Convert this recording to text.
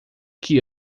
que